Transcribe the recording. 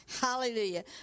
Hallelujah